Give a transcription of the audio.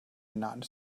not